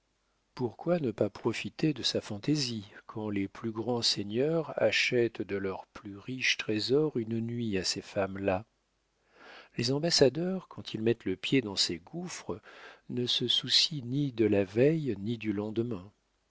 pourquoi ne pas profiter de sa fantaisie quand les plus grands seigneurs achètent de leurs plus riches trésors une nuit à ces femmes-là les ambassadeurs quand ils mettent le pied dans ces gouffres ne se soucient ni de la veille ni du lendemain